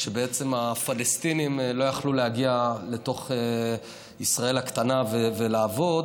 כשבעצם הפלסטינים לא יכלו להגיע לתוך ישראל הקטנה ולעבוד,